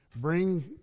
bring